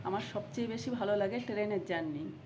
আমার সবচেয়ে বেশি ভালো লাগে ট্রেনের জার্নি